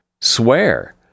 Swear